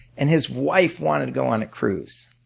and his wife wanted to go on a cruise.